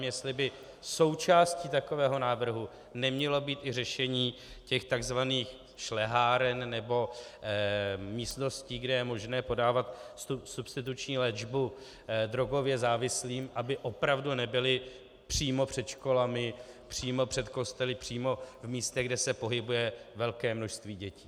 Jestli by součástí takového návrhu nemělo být i řešení těch takzvaných šleháren nebo místností, kde je možné podávat substituční léčbu drogově závislým, aby opravdu nebyli přímo před školami, přímo před kostely, přímo v místech, kde se pohybuje velké množství dětí.